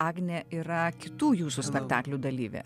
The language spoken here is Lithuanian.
agnė yra kitų jūsų spektaklių dalyvė